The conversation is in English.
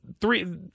three